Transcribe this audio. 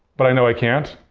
but i know i can't.